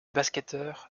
basketteur